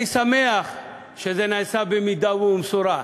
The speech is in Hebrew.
אני שמח שזה נעשה במידה ובמשורה.